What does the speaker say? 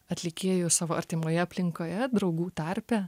atlikėjos savo artimoje aplinkoje draugų tarpe